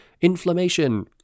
inflammation